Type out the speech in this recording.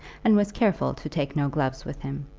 and was careful to take no gloves with him.